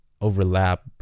overlap